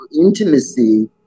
intimacy